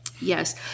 Yes